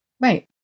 Right